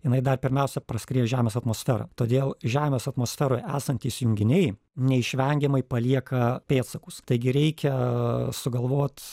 jinai dar pirmiausia praskrieja žemės atmosferą todėl žemės atmosferoj esantys junginiai neišvengiamai palieka pėdsakus taigi reikia sugalvot